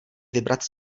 vybrat